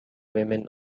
women